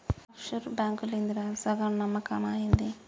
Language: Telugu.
ఆఫ్ షూర్ బాంకులేందిరా, సగం నమ్మకమా ఏంది